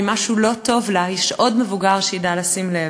ואם משהו לא טוב לה, יש עוד מבוגר שידע לשים לב.